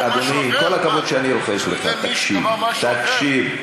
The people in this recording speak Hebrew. אדוני, עם כל הכבוד שאני רוחש לך, תקשיב, תקשיב.